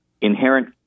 inherent